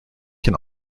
can